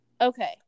Okay